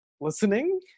listening